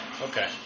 Okay